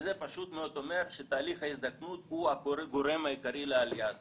וזה פשוט מאוד אומר שתהליך ההזדקנות הוא הגורם העיקרי לעלייה הזאת.